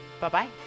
Bye-bye